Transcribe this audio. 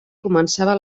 començava